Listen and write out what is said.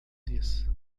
disse